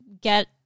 get